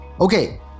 Okay